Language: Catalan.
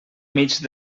mig